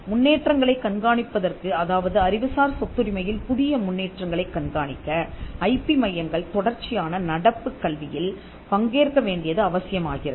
முன்னேற்றங்களைக் கண்காணிப்பதற்கு அதாவது அறிவுசார் சொத்துரிமையில் புதிய முன்னேற்றங்களைக் கண்காணிக்க ஐ பி மையங்கள் தொடர்ச்சியான நடப்பு கல்வியில் பங்கேற்க வேண்டியது அவசியமாகிறது